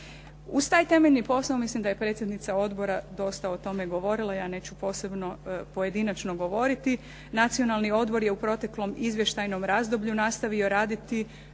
Uz taj temeljni posao mislim da je predsjednica odbora dosta o tome govorila, ja neću posebno pojedinačno govoriti. Nacionalni odbor je u proteklom izvještajnom razdoblju nastavio raditi